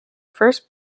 first